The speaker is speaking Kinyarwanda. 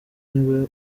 niwe